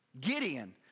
Gideon